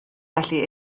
felly